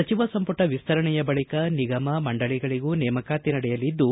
ಸಚಿವ ಸಂಪುಟ ವಿಸ್ತರಣೆಯ ಬಳಿಕ ನಿಗಮ ಮಂಡಳಿಗಳಿಗೂ ನೇಮಕಾತಿ ನಡೆಯಲಿದ್ದು